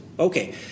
Okay